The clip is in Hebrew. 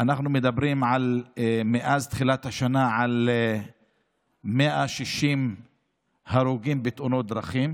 אנחנו מדברים מאז תחילת השנה על 160 הרוגים בתאונות דרכים.